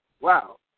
Wow